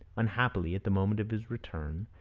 unhappily, at the moment of his return,